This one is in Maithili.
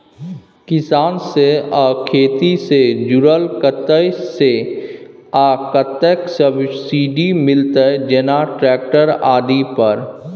किसान से आ खेती से जुरल कतय से आ कतेक सबसिडी मिलत, जेना ट्रैक्टर आदि पर?